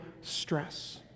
stress